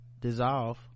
dissolve